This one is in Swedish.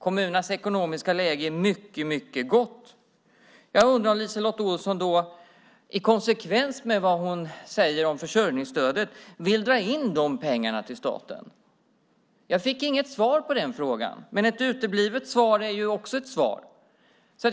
Kommunernas ekonomiska läge är mycket gott. Jag undrar om LiseLotte Olsson i konsekvens med vad hon säger om försörjningsstödet vill dra in de pengarna till staten. Jag fick inget svar på frågan, men ett uteblivet svar är också ett svar.